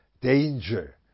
danger